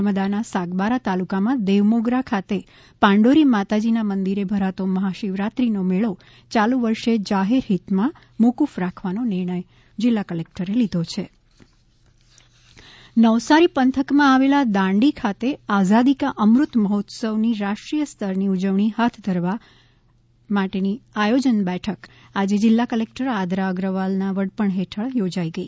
નર્મદાના સાગબારા તાલુકામાં દેવમોગરા ખાતે પાંડોરી માતાજીના મંદિરે ભરાતો મહાશિવરાત્રિનો મેળો ચાલુ વર્ષે જાહેર હિતમાં મોફફ રાખવાનો નિર્ણય જિલ્લા કલેકટરે લીધો છે નવસારી આઝાદી કા અમ્રુત મહોત્સવ નવસારી પંથકમાં આવેલા દાંડી ખાતે આઝાદી કા અમૃત મહોત્સવની રાષ્ટ્રીય સ્તરની ઉજવણી હાથ ધરવા માટેની આયોજન બેઠક આજે જિલ્લા કલેક્ટર આદરા અગ્રવાલના વડપણ હેઠળ યોજાઈ ગઈ